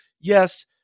yes